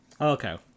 Okay